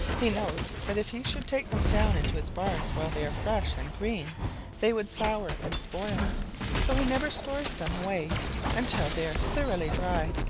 he knows that if he should take them down into his barns while they are fresh and green they would sour and spoil so he never stores them away until they are thoroughly dry.